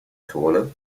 taller